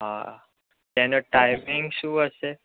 હા એનો ટાઈમિંગ શું હશે